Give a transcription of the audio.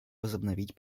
возобновить